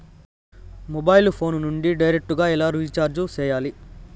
mobile phone నుండి direct గా ఎలా రీచార్జి సేయాలి